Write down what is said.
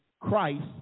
Christ